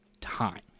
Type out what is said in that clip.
time